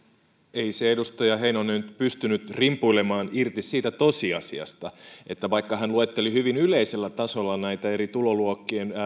ei se edustaja heinonen pystynyt rimpuilemaan irti siitä tosiasiasta että vaikka hän luetteli hyvin yleisellä tasolla näitä eri tuloluokkien